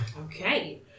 Okay